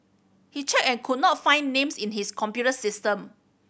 he checked and could not find names in his computer system